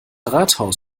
rathaus